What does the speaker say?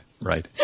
right